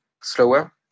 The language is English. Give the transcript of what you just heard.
slower